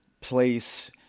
place